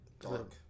dark